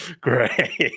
Great